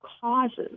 causes